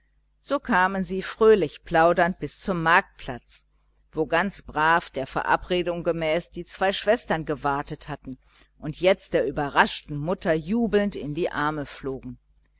so kamen sie fröhlich plaudernd bis zum marktplatz wo ganz brav der verabredung gemäß die zwei schwestern gewartet hatten und jetzt der überraschten mutter jubelnd in die arme flogen